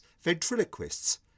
ventriloquists